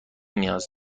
نیاز